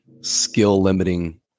skill-limiting